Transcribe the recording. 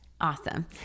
Awesome